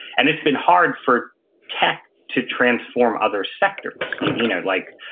and it's been hard for tech to transform other sectors you know like,